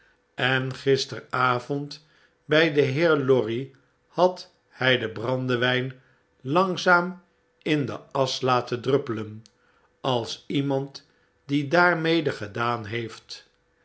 en gisteravond bij den heer lorry had hij den brandewijn langzaam in de asch laten druppelen als iemand die daarmede gedaan heeft